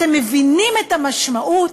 אתם מבינים את המשמעות?